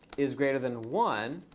is greater than one,